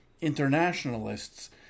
internationalists